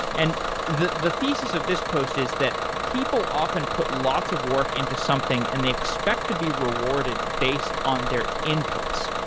and the the thesis of this post is that people often put lots of work into something and they expect to be rewarded based on their inputs,